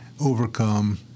overcome